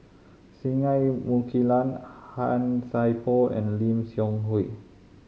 Singai Mukilan Han Sai Por and Lim Seok Hui